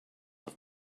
have